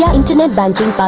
internet